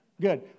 Good